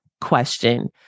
question